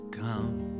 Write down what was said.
come